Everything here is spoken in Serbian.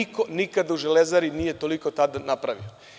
Niko nikada u „Železari“ nije toliko to napravio.